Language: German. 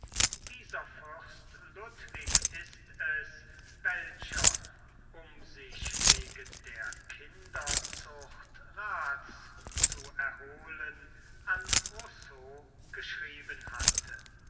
dieser fürst ludwig ist es welcher um sich wegen der kinderzucht rats zu erholen an rousseau geschrieben hatte